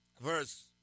Verse